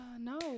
No